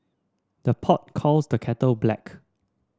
the pot calls the kettle black